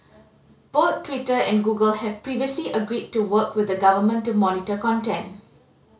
both Twitter and Google have previously agreed to work with the government to monitor content